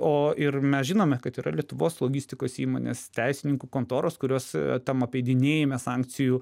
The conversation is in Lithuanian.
o ir mes žinome kad yra lietuvos logistikos įmonės teisininkų kontoros kurios tam apeidinėjame sankcijų